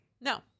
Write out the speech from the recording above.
No